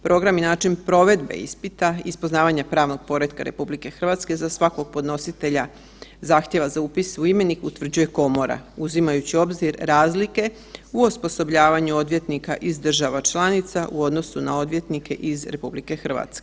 Program i način provedbe ispita iz poznavanja pravnog poretka RH za svakog podnositelja zahtjeva za upis u imenik utvrđuje komora uzimajući u obzir razlike u osposobljavanju odvjetnika iz država članica u odnosu na odvjetnike iz RH.